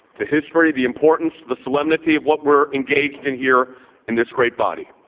the history, the importance, the solemnity of what we're engaged in here in this great body